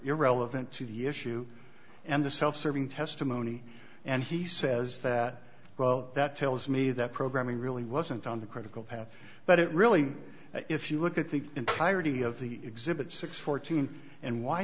irrelevant to the issue and the self serving testimony and he says that well that tells me that programming really wasn't on the critical path but it really if you look at the entirety of the exhibit six hundred and fourteen and why